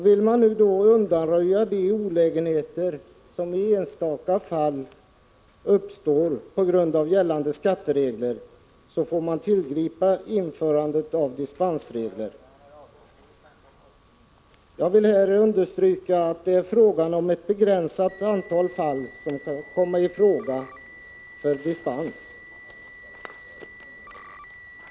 Vill man då undanröja de olägenheter som i enstaka fall uppstår på grund av gällande skatteregler får man tillgripa dispensregler. Jag vill understryka att det är ett begränsat antal fall som kan komma i fråga för dispens.